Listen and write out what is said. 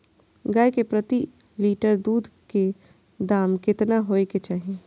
गाय के प्रति लीटर दूध के दाम केतना होय के चाही?